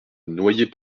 noyers